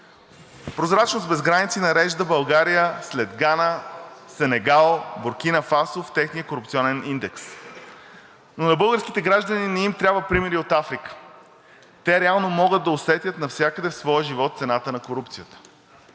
„Прозрачност без граници“ нарежда България след Гана, Сенегал, Буркина Фасо в техния корупционен индекс, но на българските граждани не им трябват примери от Африка. Те реално могат да усетят навсякъде в своя живот цената на корупцията.